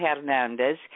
Hernandez